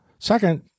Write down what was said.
Second